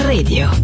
Radio